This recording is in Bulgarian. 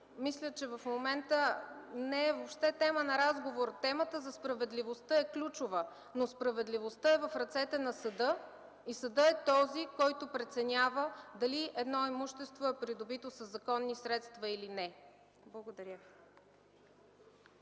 мисля че в момента не е тема на разговор. Темата за справедливостта е ключова. Справедливостта е в ръцете на съда и съдът е този, който преценява дали едно имущество е придобито със законни средства или не. Благодаря.